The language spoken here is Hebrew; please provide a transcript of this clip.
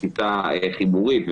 תפיסה חיבורית,